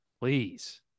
Please